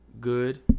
Good